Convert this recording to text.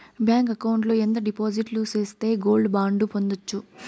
Bank account లో ఎంత డిపాజిట్లు సేస్తే గోల్డ్ బాండు పొందొచ్చు?